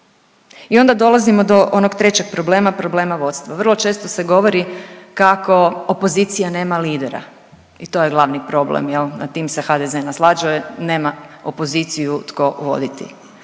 I onda dolazimo do onog trećeg problema - problema vodstva. Vrlo često se govori kako opozicija nema lidera i to je glavni problem, jel' nad tim se HDZ naslađuje, nema opoziciju tko voditi.